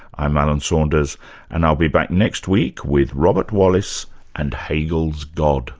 i'm alan saunders and i'll be back next week with robert wallace and hegel's god